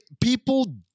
people